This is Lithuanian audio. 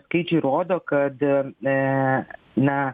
skaičiai rodo kad e na